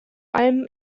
allem